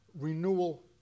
renewal